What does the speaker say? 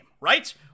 right